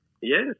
Yes